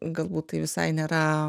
galbūt tai visai nėra